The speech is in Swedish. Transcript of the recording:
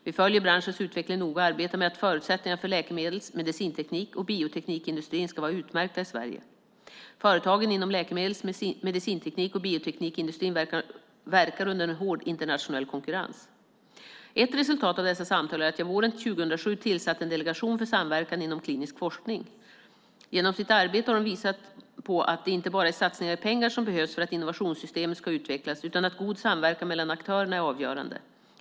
Vi följer branschens utveckling noga och arbetar med att förutsättningarna för läkemedels-, medicinteknik och bioteknikindustrin ska vara utmärkta i Sverige. Företagen inom läkemedels-, medicinteknik och bioteknikindustrin verkar under hård internationell konkurrens. Ett resultat av dessa samtal är att jag våren 2007 tillsatte en delegation för samverkan inom klinisk forskning. Genom sitt arbete har de visat på att det inte bara är satsningar i pengar som behövs för att innovationssystemet ska utvecklas utan att god samverkan mellan aktörerna är avgörande.